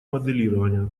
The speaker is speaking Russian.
моделирования